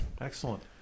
excellent